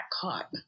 caught